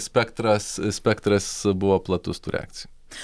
spektras spektras buvo platus tų reakcijų